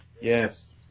Yes